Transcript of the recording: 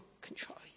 control